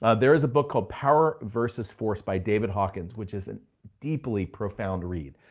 ah there is a book called power versus force by david hawkins, which is a deeply profound read.